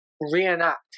reenact